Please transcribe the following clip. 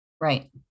Right